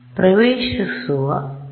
ಪ್ರವೇಶಿಸುವ ಆಗಿದೆ